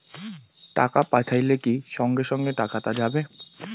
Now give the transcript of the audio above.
টাকা পাঠাইলে কি সঙ্গে সঙ্গে টাকাটা যাবে?